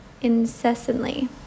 incessantly